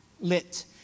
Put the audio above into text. lit